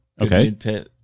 Okay